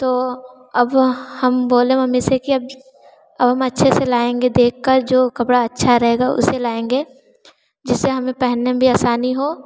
तो अब वह हम बोले मम्मी से कि अब हम अच्छे से लाएँगे देखकर जो कपड़ा अच्छा रहेगा उसे लाएँगे जिससे हमें पहने में असानी हो